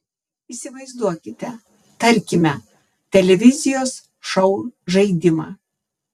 įsivaizduokite tarkime televizijos šou žaidimą